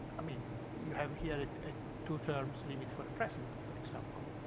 i mean, you have here a two terms limit for president, for example.